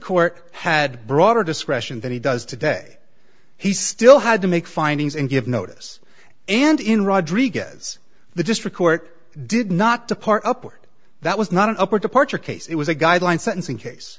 court had broader discretion than he does today he still had to make findings and give notice and in rodriguez the district court did not depart upward that was not an up or departure case it was a guideline sentencing case